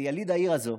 כיליד העיר הזו,